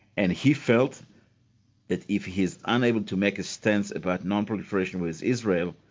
and he felt that if he is unable to make a stance about non-proliferation with israel,